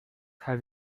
have